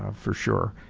ah for sure.